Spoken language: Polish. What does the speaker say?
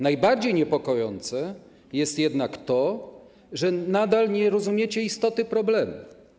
Najbardziej niepokojące jest jednak to, że nadal nie rozumiecie istoty problemu.